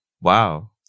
Wow